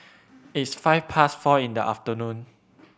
its five past four in the afternoon